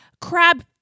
crab